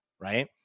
Right